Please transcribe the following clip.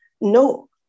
No